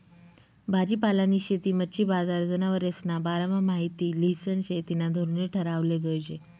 भाजीपालानी शेती, मच्छी बजार, जनावरेस्ना बारामा माहिती ल्हिसन शेतीना धोरणे ठरावाले जोयजे